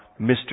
Mr